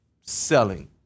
selling